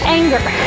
anger